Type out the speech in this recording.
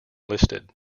listed